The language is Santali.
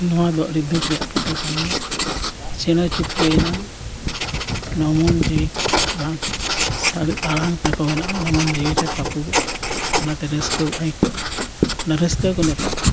ᱱᱚᱣᱟ ᱫᱚ ᱟᱹᱰᱤ ᱫᱩᱠ ᱨᱮᱭᱟᱜ ᱠᱟᱛᱷᱟ ᱠᱟᱱ ᱜᱮᱭᱟ ᱥᱮᱬᱟ ᱪᱟᱹᱯᱲᱩᱭᱮᱱᱟ ᱚᱱᱟ ᱢᱚᱱ ᱡᱤᱣᱤ ᱡᱟᱦᱟᱸ ᱠᱚ ᱥᱟᱹᱨᱤ ᱟᱲᱟᱝ ᱛᱟᱠᱚ ᱢᱮᱱᱟᱜᱼᱟ ᱚᱱᱟ ᱢᱚᱱᱮ ᱛᱟᱹᱯᱩᱜᱼᱟ ᱚᱱᱟᱛᱮ ᱨᱟᱹᱥᱠᱟᱹ ᱟᱭᱠᱟᱹᱜᱼᱟ ᱚᱟ ᱨᱟᱹᱥᱠᱟᱹ ᱜᱮ ᱱᱤᱛᱚᱜ